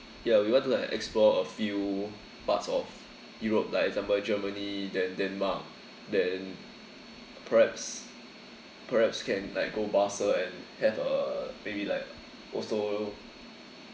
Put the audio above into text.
ya we want to like explore a few parts of europe like example germany then denmark then perhaps perhaps can like go barce and have a maybe like also